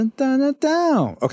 okay